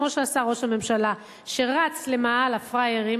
כמו שעשה ראש הממשלה שרץ ל"מאהל הפראיירים",